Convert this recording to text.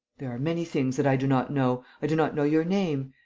there are many things that i do not know. i do not know your name.